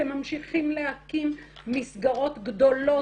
אתם ממשיכים להקים מסגרות גדולות,